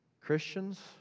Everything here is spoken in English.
Christians